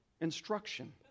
instruction